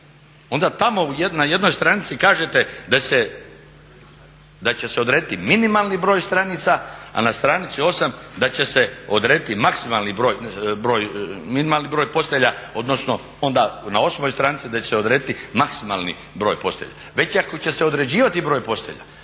Onda tamo na jednoj stranici kažete da će se odrediti minimalni broj stranica a na stranici broj 8 da će se odrediti maksimalni broj, minimalni broj postelja, odnosno onda na 8. stranici da će se odrediti maksimalni broj postelja. Već ako će se određivati broj postelja